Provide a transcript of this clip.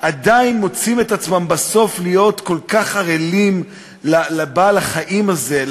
עדיין מוצאים את עצמם בסוף כל כך ערלי-לב כלפי בעל-החיים הזה,